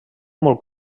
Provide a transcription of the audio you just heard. molt